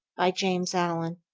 by james allen